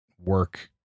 work